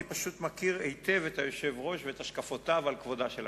אני פשוט מכיר היטב את היושב-ראש ואת השקפותיו על כבודה של הכנסת.